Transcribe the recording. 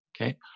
Okay